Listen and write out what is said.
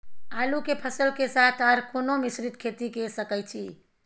आलू के फसल के साथ आर कोनो मिश्रित खेती के सकैछि?